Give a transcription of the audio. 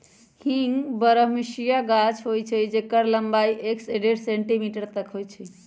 हींग बरहमसिया गाछ होइ छइ जेकर लम्बाई एक से डेढ़ सेंटीमीटर तक होइ छइ